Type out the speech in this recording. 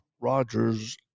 Rogers